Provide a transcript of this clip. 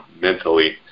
mentally